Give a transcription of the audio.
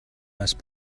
must